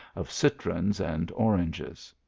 of citrons and oranges.